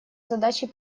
задачи